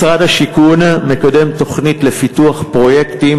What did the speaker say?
משרד השיכון מקדם תוכנית לפיתוח פרויקטים